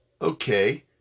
Okay